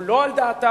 או לא על דעתה.